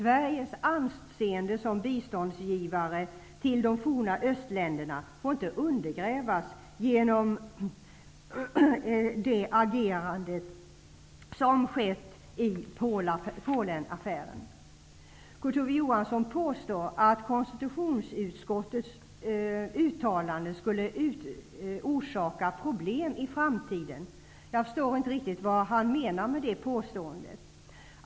Sveriges anseende som biståndsgivare till östländerna får inte undergrävas genom det agerande som förekommit i Polenaffären. Kurt Ove Johansson påstår att konstitutionsutskottets uttalande skulle orsaka problem i framtiden. Jag förstår inte riktigt vad han menar med det påståendet.